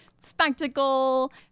spectacle